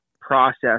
process